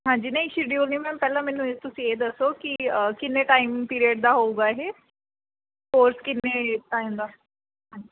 ਹਾਂਜੀ ਨਹੀਂ ਸ਼ਡਿਊਲ ਨਹੀਂ ਮੈਮ ਪਹਿਲਾਂ ਮੈਨੂੰ ਇਹ ਤੁਸੀਂ ਇਹ ਦੱਸੋ ਕਿ ਕਿੰਨੇ ਟਾਈਮ ਪੀਰੀਅਡ ਦਾ ਹੋਊਗਾ ਇਹ ਕੋਰਸ ਕਿੰਨੇ ਟਾਈਮ ਦਾ ਹਾਂਜੀ